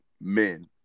men